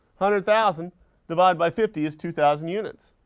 hundred thousand divided by fifty is two thousand units.